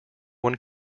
one